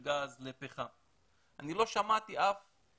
כשלאחר מכן הגז, הפחם, ובסוף המזוט